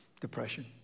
Depression